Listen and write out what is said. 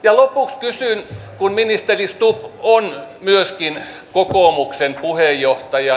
ja lopuksi kysyn kun ministeri stubb on myöskin kokoomuksen puheenjohtaja